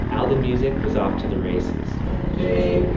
aldin, music was off to the races day